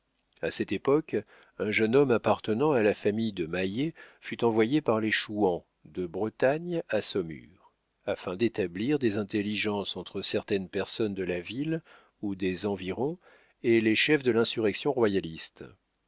a cette époque un jeune homme appartenant à la famille de maillé fut envoyé par les chouans de bretagne à saumur afin d'établir des intelligences entre certaines personnes de la ville ou des environs et les chefs de l'insurrection royaliste